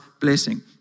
blessing